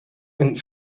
een